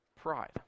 pride